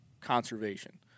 conservation